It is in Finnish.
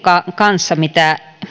kanssa mitä